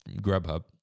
Grubhub